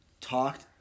talked